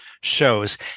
shows